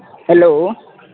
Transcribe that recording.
hello